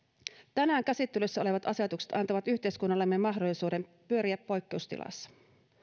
tänään käsittelyssä olevat asetukset antavat yhteiskunnallemme mahdollisuuden pyöriä poikkeustilassa